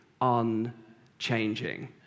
unchanging